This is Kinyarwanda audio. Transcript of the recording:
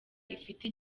ifite